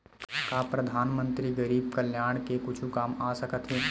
का परधानमंतरी गरीब कल्याण के कुछु काम आ सकत हे